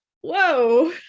whoa